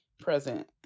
Present